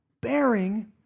bearing